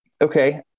Okay